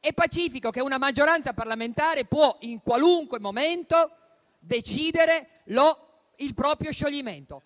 È pacifico che una maggioranza parlamentare possa, in qualunque momento, decidere il proprio scioglimento.